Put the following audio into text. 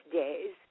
days